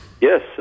Yes